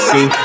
See